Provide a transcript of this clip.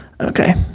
Okay